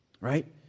Right